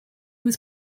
was